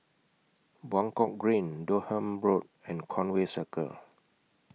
Buangkok Green Durham Road and Conway Circle